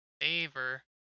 Favor